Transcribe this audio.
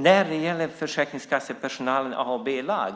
När det gäller försäkringskassepersonalens A och B-lag